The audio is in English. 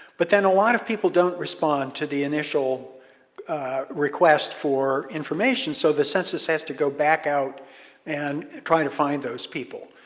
but then a lot of people don't respond to the initial request for information. so the census has to go back out and try to find those people.